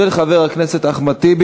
של חבר הכנסת דב חנין וקבוצת חברי הכנסת.